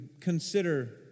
consider